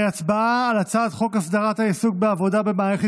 על הצעת חוק הסדרת העיסוק בעבודה במערכת